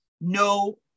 no